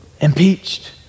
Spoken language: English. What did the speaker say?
Impeached